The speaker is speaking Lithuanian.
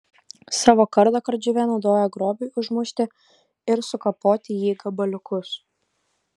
savo kardą kardžuvė naudoja grobiui užmušti ir sukapoti jį į gabaliukus